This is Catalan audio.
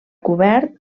cobert